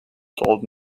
told